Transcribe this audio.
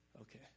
Okay